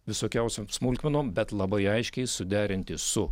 visokiausiom smulkmenom bet labai aiškiai suderinti su